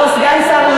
לא, סגן שר לא